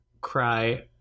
Cry